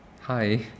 Hi